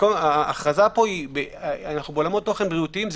אנחנו בעולמות תוכן בריאותיים,